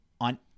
on